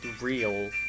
real